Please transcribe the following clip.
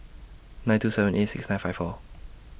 nine two seven eight six nine five four